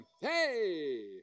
Hey